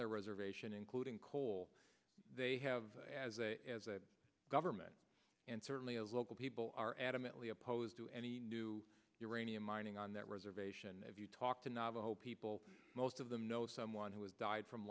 their reservation including coal they have as a government and certainly local people are adamantly opposed to any new uranium mining on that reservation if you talk to navajo people most of them know someone who has died from